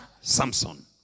Samson